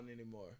anymore